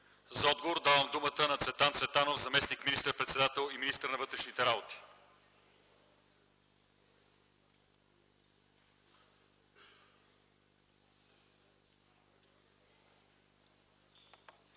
За отговор давам думата на господин Цветан Цветанов – заместник министър-председател и министър на вътрешните работи.